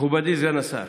מכובדי, סגן השר,